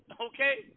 okay